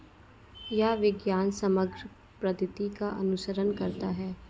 यह विज्ञान समग्र पद्धति का अनुसरण करता है